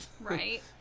Right